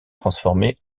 transformée